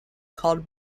called